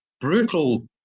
brutal